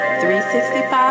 365